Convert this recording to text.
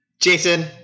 Jason